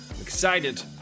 excited